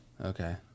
Okay